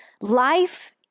Life